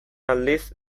aldiz